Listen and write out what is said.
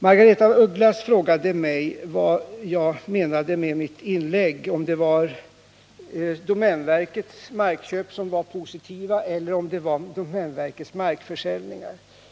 Margaretha af Ugglas frågade vad jag menade med mitt inlägg — om det var domänverkets markköp eller domänverkets markförsäljningar som var positiva.